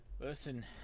Listen